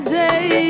day